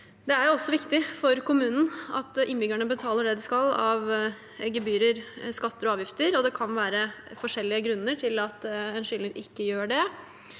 Det er viktig for kommunen at innbyggerne betaler det de skal av gebyrer, skatter og avgifter, og det kan være forskjellige grunner til at en skyldner ikke gjør det.